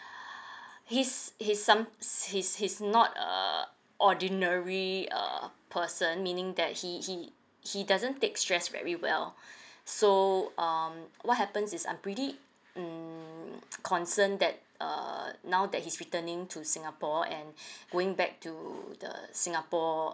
he's he's some he's he's not uh ordinary uh person meaning that he he he doesn't take stress very well so um what happens is I'm pretty mm concern that uh now that he's returning to singapore and going back to the singapore